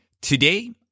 Today